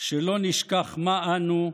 שלא נשכח מה אנו,